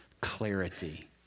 clarity